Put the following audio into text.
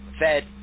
Fed